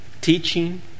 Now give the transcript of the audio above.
teaching